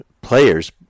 players